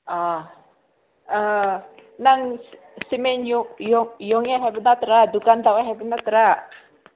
ꯑꯥ ꯑꯥ ꯅꯪ ꯁꯤꯃꯦꯟ ꯌꯣꯡꯉꯦ ꯍꯥꯏꯕ ꯅꯠꯇ꯭ꯔꯥ ꯗꯨꯀꯥꯟ ꯇꯧꯑꯦ ꯍꯥꯏꯕ ꯅꯠꯇ꯭ꯔꯥ